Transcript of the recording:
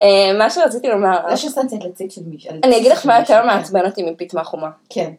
מה שרציתי לומר, אני אגיד לך מה יותר מעצבן אותי מפיטמה חומה.